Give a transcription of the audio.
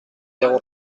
zéro